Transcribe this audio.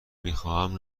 میخواهم